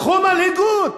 קחו מנהיגות.